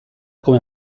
come